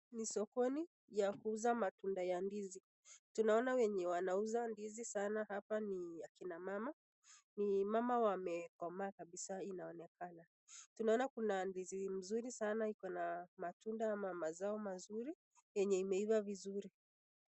Ni sokoni ya kuuza matunda ya ndizi, tunaona wenye wanauza ndizi sana hapa ni akina mama, ni mama wamekomaa kabisa inaonekana. Tunaona kuna ndizi mzuri sana iko na matunda ama mazao mazuri enye imeiva vizuri.